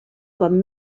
com